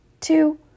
two